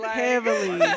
heavily